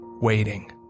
waiting